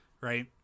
right